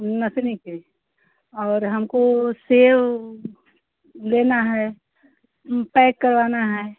नतनी के और हमको सेव लेना है पैक करवाना है